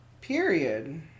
Period